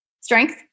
Strength